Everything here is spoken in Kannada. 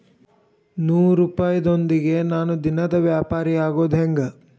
ನೂರುಪಾಯದೊಂದಿಗೆ ನಾನು ದಿನದ ವ್ಯಾಪಾರಿಯಾಗೊದ ಹೆಂಗ?